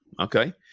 Okay